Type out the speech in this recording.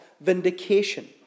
vindication